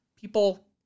people